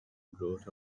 growth